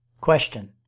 Question